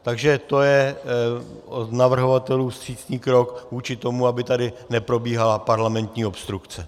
Takže to je od navrhovatelů vstřícný krok vůči tomu, aby tady neprobíhala parlamentní obstrukce.